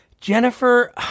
Jennifer